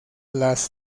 las